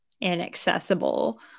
inaccessible